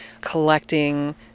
collecting